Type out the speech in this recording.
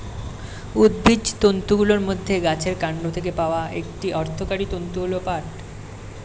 উদ্ভিজ্জ তন্তুগুলির মধ্যে গাছের কান্ড থেকে পাওয়া একটি অর্থকরী তন্তু হল পাট